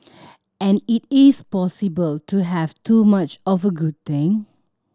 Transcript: and it is possible to have too much of a good thing